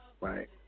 right